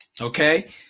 okay